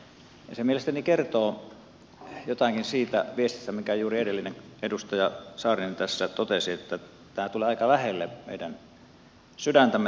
se mielestäni kertoo jotakin siitä viestistä minkä juuri edellinen edustaja saarinen tässä totesi että tämä asia tulee aika lähelle meidän sydäntämme